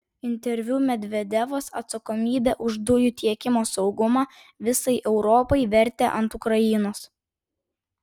interviu medvedevas atsakomybę už dujų tiekimo saugumą visai europai vertė ant ukrainos